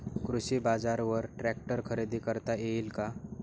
कृषी बाजारवर ट्रॅक्टर खरेदी करता येईल का?